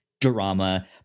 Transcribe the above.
drama